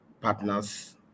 partners